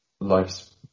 life's